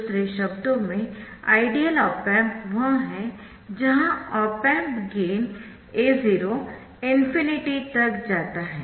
दूसरे शब्दों में आइडियल ऑप एम्प वह है जहां ऑप एम्प गेन A0 ∞ तक जाता है